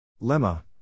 Lemma